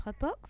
Podbox